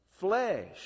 Flesh